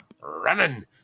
running